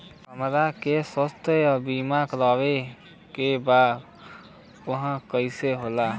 हमरा के स्वास्थ्य बीमा कराए के बा उ कईसे होला?